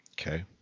Okay